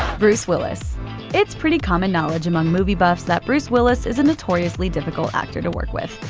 bruce willis it's pretty common knowledge among movie buffs that bruce willis is a notoriously difficult actor to work with,